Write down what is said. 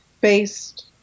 based